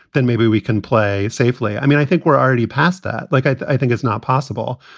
then maybe we can play safely. i mean, i think we're already past that, like, i i think it's not possible.